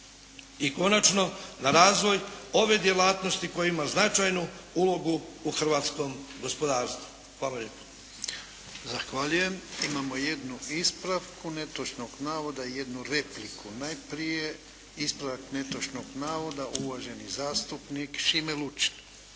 i konačno na razvoj ove djelatnosti koja ima značajnu ulogu u hrvatskom gospodarstvu. Hvala lijepo. **Jarnjak, Ivan (HDZ)** Zahvaljujem. Imamo jednu ispravku netočnog navoda i jednu repliku. Najprije ispravak netočnog navoda, uvaženi zastupnik Šime Lučin.